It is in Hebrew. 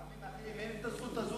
למה אין הזכות הזו,